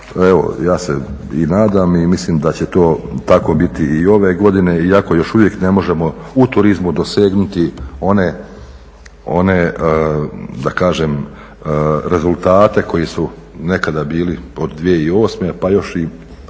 evo ja se i nadam i mislim da će tako biti i ove godine iako još uvijek ne možemo u turizmu dosegnuti one rezultate koji su nekada bili od 2008. pa još i